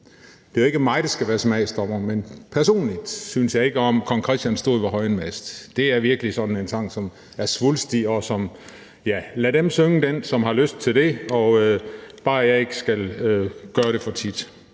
det er jo ikke mig, der skal være smagsdommer – er det »Kong Christian stod ved højen mast«. Det er virkelig sådan en sang, som er svulstig. Ja, lad dem synge den, som har lyst til det – bare jeg ikke skal gøre det for tit.